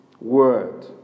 word